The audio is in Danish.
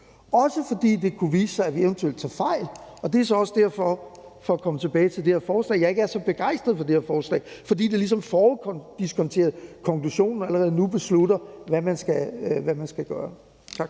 det, og det kunne også vise sig, at vi eventuelt tager fejl, og det er så også derfor – for at komme tilbage til det her forslag – at jeg ikke er så begejstret for forslaget; det er, fordi det ligesom foruddiskonterer konklusionen og allerede nu bestemmer, hvad man skal gøre. Tak.